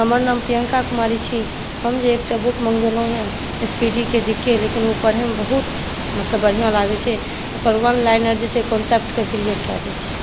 हमर नाम प्रियंका कुमारी छी हम जे एकटा बुक मँगबेलहुँ यऽ स्पीडी के जी के लेकिन ओ पढ़यमे बहुत मतलब बढ़िआँ लागै छै ओकर वनलाइनर जे छै कॉन्सेप्टक क्लीअर कै दै छै